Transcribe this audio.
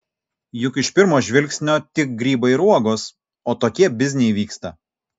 juk iš pirmo žvilgsnio tik grybai ir uogos o tokie bizniai vyksta